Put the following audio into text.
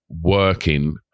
working